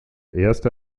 erste